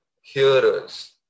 hearers